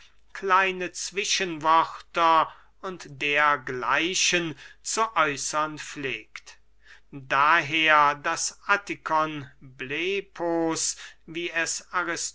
kleine zwischenwörter und dergleichen zu äußern pflegt daher das atticon blepos wie